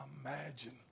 imagine